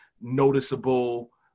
noticeable